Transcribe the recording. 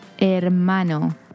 Hermano